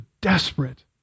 desperate